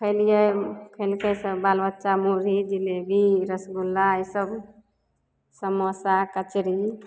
खेलियै खेलकै सब बाल बच्चा मुरही जिलेबी रसगुल्ला ईसब समोसा कचरी